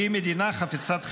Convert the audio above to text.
היא מדינה חפצת חיים,